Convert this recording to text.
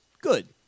good